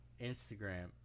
Instagram